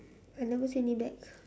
I never see any bag